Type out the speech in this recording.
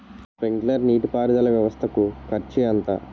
Sprinkler నీటిపారుదల వ్వవస్థ కు ఖర్చు ఎంత?